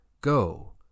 Go